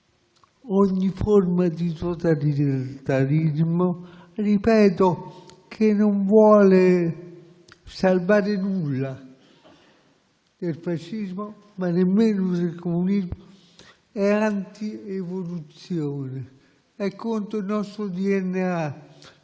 ogni forma di totalitarismo che non vuole salvare nulla. Il fascismo, ma anche il comunismo, è antievoluzione, è contro il nostro DNA,